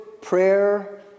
prayer